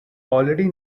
already